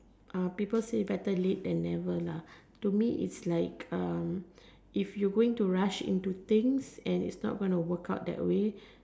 people say better late than never to me is like if you going to rush into things and is not going to work out that way